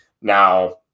Now